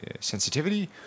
sensitivity